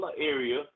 area